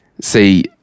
See